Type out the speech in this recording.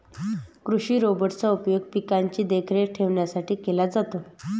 कृषि रोबोट चा उपयोग पिकांची देखरेख ठेवण्यासाठी केला जातो